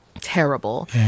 terrible